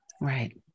right